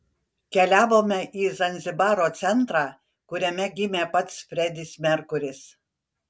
keliavome į zanzibaro centrą kuriame gimė pats fredis merkuris